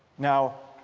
now,